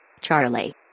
Charlie